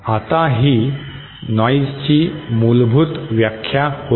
आता ही नॉइजची मूलभूत व्याख्या होती